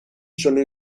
sono